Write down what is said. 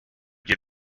get